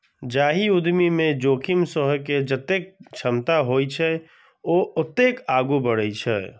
जाहि उद्यमी मे जोखिम सहै के जतेक क्षमता होइ छै, ओ ओतबे आगू बढ़ै छै